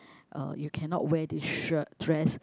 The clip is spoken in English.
uh you cannot wear this shirt dress